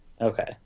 Okay